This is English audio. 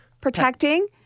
protecting